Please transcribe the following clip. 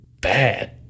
bad